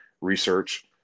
research